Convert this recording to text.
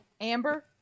Amber